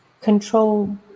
control